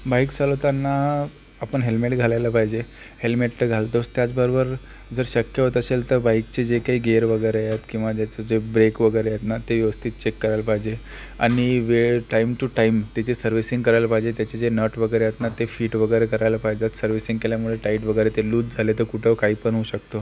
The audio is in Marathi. बाईक चालवताना आपण हेल्मेट घालायला पाहिजे हेल्मेट तर घालतोच त्याचबरोबर जर शक्य होत असेल तर बाईकचे जे काही गेअर वगैरे आहेत किंवा ज्याचं जे ब्रेक वगैरे आहेत ना ते व्यवस्थित चेक करायला पाहिजे आणि वेळ टाईम टू टाईम त्याची सर्विसिंग करायला पाहिजे त्याचे जे नट वगैरे आहेत ना ते फिट वगैरे करायला पाहिजेत सर्विसिंग केल्यामुळे टाईट वगैरे ते लूज झाले तर कुठं काही पण होऊ शकतो